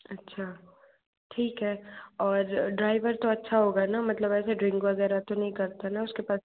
अच्छा ठीक है और ड्रायभर तो अच्छा होगा ना मतलब ऐसे ड्रिंक वग़ैरह तो नहीं करता ना उसके पास